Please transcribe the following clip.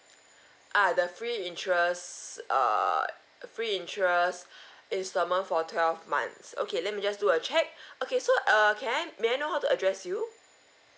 ah the free interest err free interest installment for twelve months okay let me just do a check okay so err can I may I know how to address you